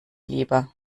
lieber